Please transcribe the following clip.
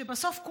שבסוף,